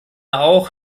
auch